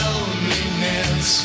Loneliness